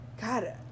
God